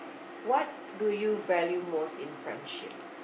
what do you value most in friendship